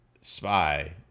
spy